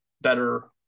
better